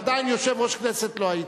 ועדיין יושב-ראש כנסת לא היית.